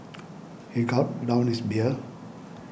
he gulped down his beer